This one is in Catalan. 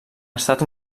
estat